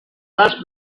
dels